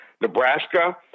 Nebraska